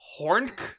HORNK